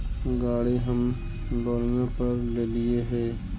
गाड़ी हम लोनवे पर लेलिऐ हे?